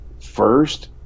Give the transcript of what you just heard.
first